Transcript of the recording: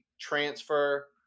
transfer